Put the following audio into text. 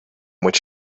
which